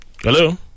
Hello